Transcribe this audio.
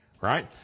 right